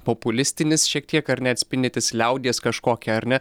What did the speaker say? populistinis šiek tiek ar ne atspindintis liaudies kažkokią ar ne